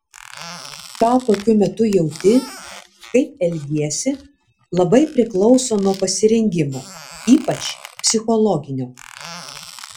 ką tokiu metu jauti kaip elgiesi labai priklauso nuo pasirengimo ypač psichologinio